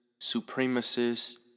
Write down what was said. supremacists